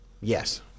Yes